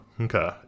Okay